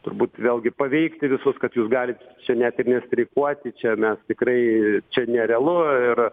turbūt vėlgi paveikti visus kad jūs galit čia net ir nestreikuoti čia mes tikrai čia nerealu ir